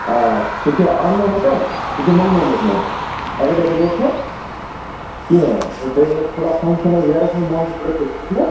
آ سُہ چھُ اَننوومُت حظ سُہ چھُ مَنٛگنوومُت مےٚ ایٚویٚلیبٕل اوس نہ کیٚنٛہہ تہٕ بیٚیہِ ٲس تھوڑا فَنٛکشَن حظ گیرَس منٛز